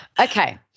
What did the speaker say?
Okay